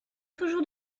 toujours